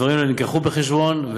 הדברים האלה הובאו בחשבון,